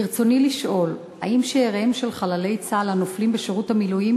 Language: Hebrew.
ברצוני לשאול: 1. האם שאיריהם של חללי צה"ל הנופלים בשירות מילואים